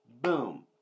boom